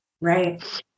Right